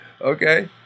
okay